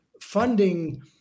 funding